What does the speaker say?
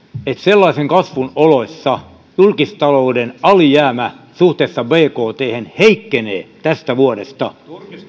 sellaisen kasvun oloissa että julkistalouden alijäämä suhteessa bkthen heikkenee tästä vuodesta